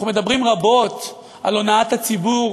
אנחנו מדברים רבות על הונאת הציבור,